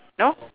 no